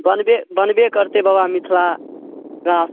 बनबे बनबे करतै बबा मिथिला राष्ट